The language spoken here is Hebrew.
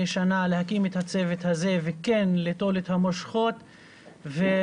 שנה להקים את הצוות הזה וכן ליטול את המושכות ולקדם